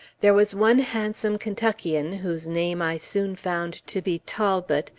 there was one handsome kentuckian, whose name i soon found to be talbot,